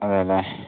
അതേയല്ലേ